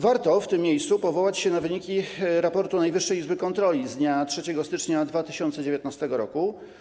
Warto w tym miejscu powołać się na wyniki raportu Najwyższej Izby Kontroli z dnia 3 stycznia 2019 r.